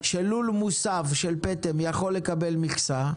שלול מוסב של פטם יכול לקבל מכסה?